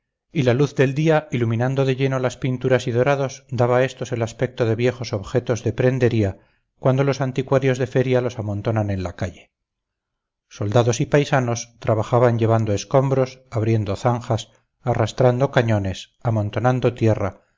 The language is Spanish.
y la luz del día iluminando de lleno las pinturas y dorados daba a estos el aspecto de viejos objetos de prendería cuando los anticuarios de feria los amontonan en la calle soldados y paisanos trabajaban llevando escombros abriendo zanjas arrastrando cañones amontonando tierra